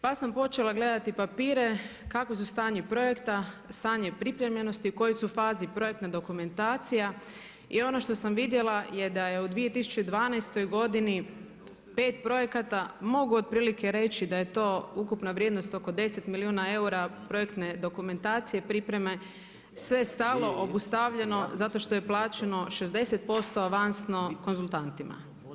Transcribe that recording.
Pa sam počela gledati papire, kakvi su stanje projekata, stanje pripremljenosti, u kojoj su fazi projektna dokumentacija i ono što sam vidjela je da je u 2012. 5 projekata, mogu otprilike reći da je to ukupna vrijednost oko 10 milijuna eura projekta dokumentacije, pripreme, sve stalo, obustavljeno zato što je plaćeno 60% avansko konzultantima.